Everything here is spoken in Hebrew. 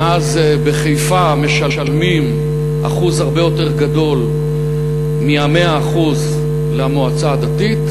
ואז בחיפה משלמים הרבה יותר מה-100% למועצה הדתית,